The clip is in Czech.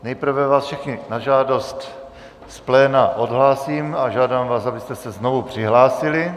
Nejprve vás všechny na žádost z pléna odhlásím a žádám vás, abyste se znovu přihlásili.